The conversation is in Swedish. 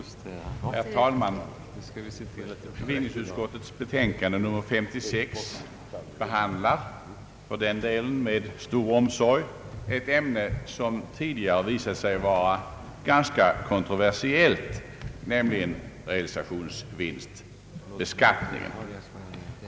Herr talman! Bevillningsutskottets betänkande nr 56 behandlar — för den delen med stor omsorg — ett ämne som tidigare visat sig vara ganska kontroversiellt nämligen realisationsvinstbeskattningen.